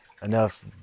Enough